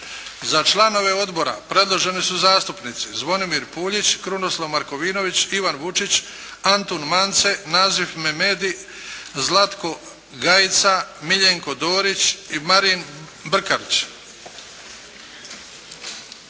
Za članove Odbora predloženi su zastupnici Zvonimir Puljić, Krunoslav Markovinović, Ivan Vučić, Antun Mance, Nazif Memedi, Zlatko Gajica, Miljenko Dorić i Marin Brkavić.